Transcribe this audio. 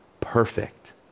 perfect